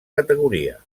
categoria